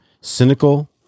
cynical